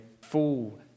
fall